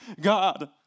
god